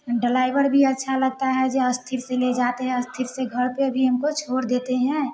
driver भी अच्छा लगता है जो अस्थिर से ले जाते हैं अस्थिर से घर पर भी हमको छोड़ देते हैं